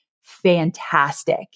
fantastic